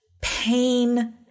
pain